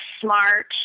smart